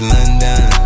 London